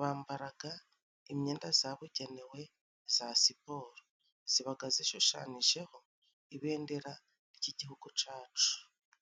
bambaraga imyenda zabugenewe za siporo, zibaga zishushananijeho ibendera ry'igihugu cacu.